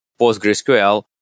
PostgreSQL